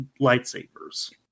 lightsabers